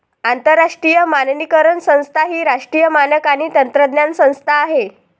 आंतरराष्ट्रीय मानकीकरण संस्था ही राष्ट्रीय मानक आणि तंत्रज्ञान संस्था आहे